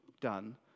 done